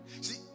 See